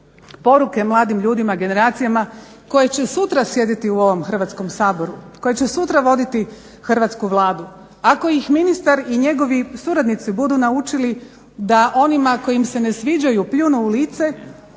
poruke mladim ljudima, generacijama koje će sutra sjediti u ovom Hrvatskom saboru, koje će sutra voditi hrvatsku Vladu. Ako ih ministar i njegovi suradnici budu naučili da onima koji im se ne sviđaju pljunu u lice,